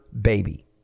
baby